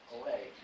away